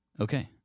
okay